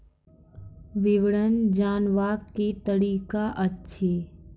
विवरण जानवाक की तरीका अछि?